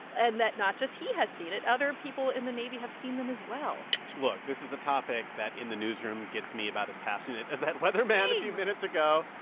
and that not just he has seen it other people in the navy have seen them, as well look. this is a topic that, in the newsroom, gets me about as passionate as that weatherman. same. a few minutes ago.